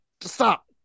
Stop